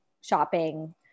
shopping